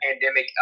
pandemic